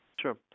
Sure